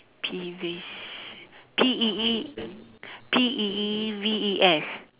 peeves P E E P E E V E S